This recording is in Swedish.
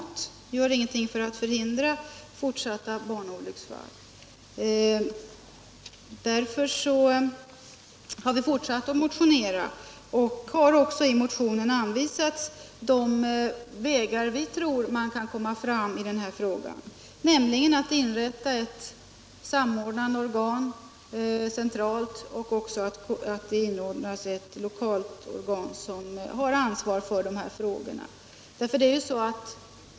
Därmed sker ju ingenting som förhindrar fortsatta barnolycksfall, Därför har vi fortsatt att motionera och har också i motionen anvisat de vägar vi tror att man kan komma fram på i den här frågan. Vi föreslår att det inrättas ett samordnande centralt organ och också att det skapas ett lokalt organ som har ansvar för dessa frågor.